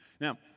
Now